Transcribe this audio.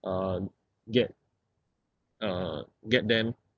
uh get uh get them